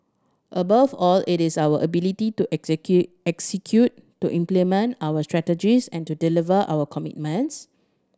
above all it is our ability to execute to implement our strategies and to deliver our commitments